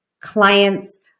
clients